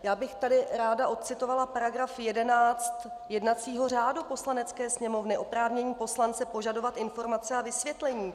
Já bych tady ráda ocitovala § 11 jednacího řádu Poslanecké sněmovny oprávnění poslance požadovat informace a vysvětlení.